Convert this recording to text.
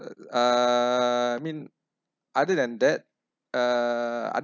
uh I mean other than that uh